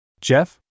Jeff